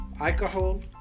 alcohol